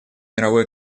мировой